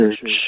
church